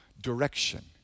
direction